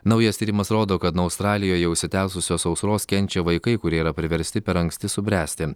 naujas tyrimas rodo kad nuo australijoje užsitęsusios sausros kenčia vaikai kurie yra priversti per anksti subręsti